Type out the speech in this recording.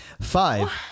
Five